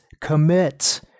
Commit